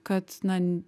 kad na